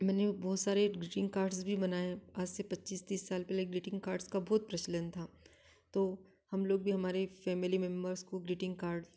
मैंने ओ बहुत सारे ग्रीटिंग कार्ड्स भी बनाए हैं आज से पच्चीस तीस साल पहले ग्रीटिंग कार्ड्स का बहुत प्रचलन था तो हम लोग भी हमारे फैमेली मेम्बर्स को ग्रीटिंग कार्ड